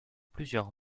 plusieurs